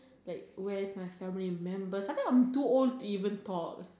like where is my stubbornly remember starting I'm too old to even talk